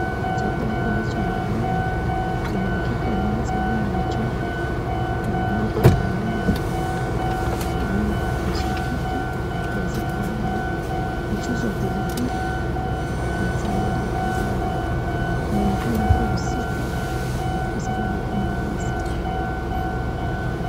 Chakula kilichoandaliwa kwenye mkeka wa meza ulio na mchoro na wa rangi ya kahawia ni mshakiki, viazi karai, mchuzi wa pilipili na salad ya kabeji. Inaonekana kuwa usiku kwa sababu kuna giza.